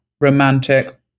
romantic